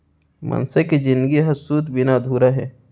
मनसे के जिनगी ह सूत बिना अधूरा हे